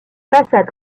façade